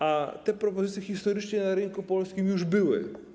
A te propozycje historycznie na rynku polskim już były.